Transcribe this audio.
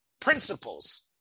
principles